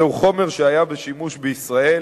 זה חומר שהיה בשימוש בישראל